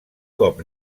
cop